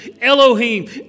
Elohim